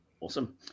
Awesome